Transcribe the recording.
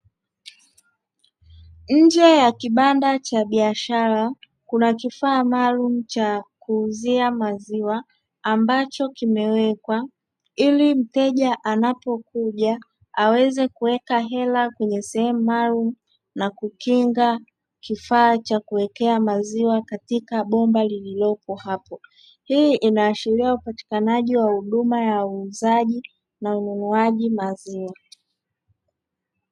Nje ya kibanda cha biashara, kuna kifaa maalumu cha kuuzia maziwa ambacho kimewekwa, ili mteja anapokuja aweze kuweka hela kwenye sehemu maalumu na kukinga kifaa cha kuwekea maziwa katika bomba lililopo hapo. Hii inaashiria upatikanaji wa huduma ya uuzaji na ununuaji maziwa.